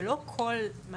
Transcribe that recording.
שלא כל מה